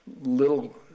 little